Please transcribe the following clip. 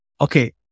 okay